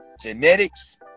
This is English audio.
Genetics